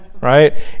Right